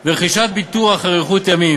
ורכישת ביטוח אריכות ימים.